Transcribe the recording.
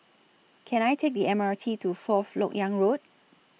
Can I Take The M R T to Fourth Lok Yang Road